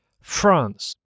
France